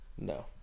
No